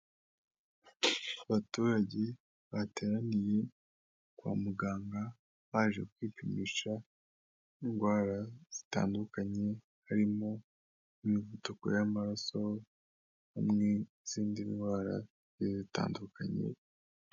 Abaturage bateraniye kwa muganga baje kwipimisha indwara zitandukanye, harimo imivuduko y'amaraso hamwe n'izindi ndwara zigiye zitandukanye.